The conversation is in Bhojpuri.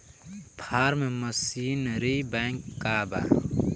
फार्म मशीनरी बैंक का बा?